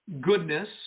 goodness